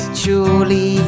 truly